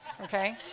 okay